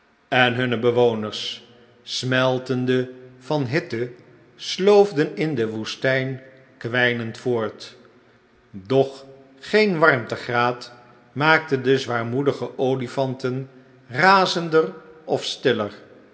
en hunne bewoners smeltende van hitte sloofden in de woestijn kwijnend voort doch geen warmtegraad maakte de zwaarmoedige olifanten razender of stiller